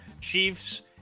Chiefs